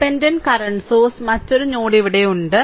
dependent current സോഴ്സ്ന് മറ്റൊരു node ഇവിടെയുണ്ട്